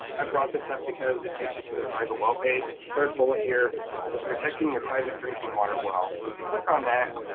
um i brought this up because it takes you to the private well page, the third bullet here says protecting your private drinking water well. so if you click on that,